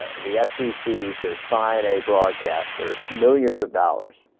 the f c c could find a broadcaster millions of dollars